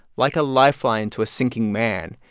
like a lifeline to a sinking man.